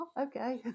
okay